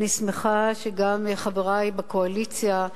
אני שמחה שגם חברי בקואליציה,